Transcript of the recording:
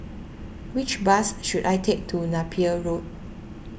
which bus should I take to Napier Road